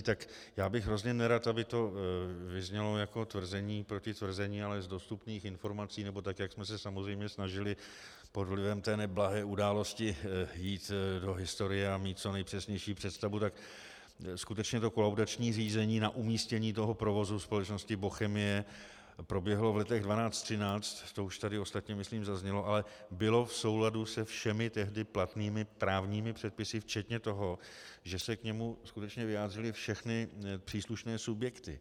Tak já bych hrozně nerad, aby to vyznělo jako tvrzení proti tvrzení, ale z dostupných informací, nebo tak jak jsme se samozřejmě snažili pod vlivem té neblahé události jít do historie a mít co nejpřesnější představu, tak skutečně kolaudační řízení na umístění toho provozu společnosti Bochemie proběhlo v letech 2012, 2013, to už tady ostatně myslím zaznělo, ale bylo v souladu se všemi tehdy platnými právními předpisy včetně toho, že se k němu skutečně vyjádřily všechny příslušné subjekty.